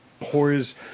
pours